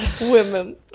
Women